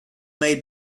made